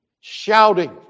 shouting